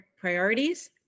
priorities